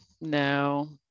no